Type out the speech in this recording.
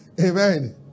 Amen